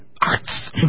Arts